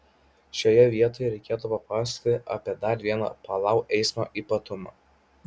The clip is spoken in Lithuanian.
šioje vietoje reikėtų papasakoti apie dar vieną palau eismo ypatumą